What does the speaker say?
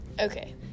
Okay